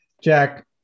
Jack